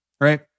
Right